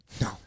No